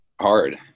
hard